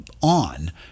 on